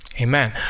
Amen